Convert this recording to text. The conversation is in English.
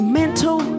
mental